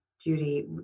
Judy